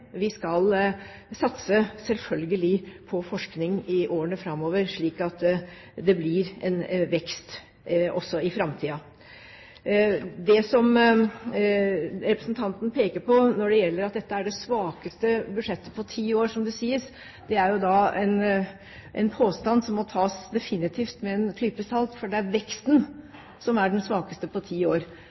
slik at det blir en vekst også i framtiden. Det som representanten peker på når det gjelder at dette er «det svakeste» budsjettet på ti år, som det sies, er jo da en påstand som definitivt må tas med en klype salt, for det er veksten som er den svakeste på ti år.